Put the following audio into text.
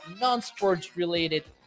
non-sports-related